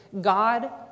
God